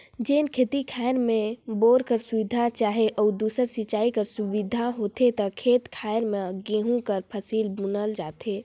जेन खेत खाएर में बोर कर सुबिधा चहे अउ दूसर सिंचई कर सुबिधा होथे ते खेत खाएर में गहूँ कर फसिल बुनल जाथे